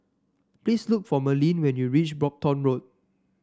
please look for Merlin when you reach Brompton Road